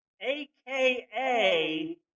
aka